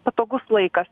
patogus laikas